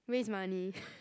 waste money